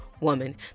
woman